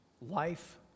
life